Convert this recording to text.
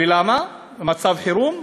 ולמה מצב חירום?